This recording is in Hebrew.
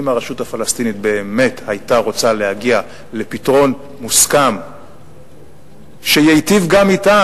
אם הרשות הפלסטינית באמת היתה רוצה להגיע לפתרון מוסכם שייטיב גם אתם,